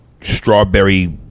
strawberry